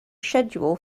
schedule